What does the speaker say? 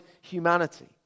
humanity